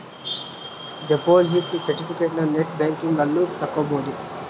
deposit ಸೆರ್ಟಿಫಿಕೇಟನ net banking ಅಲ್ಲು ತಕ್ಕೊಬೊದು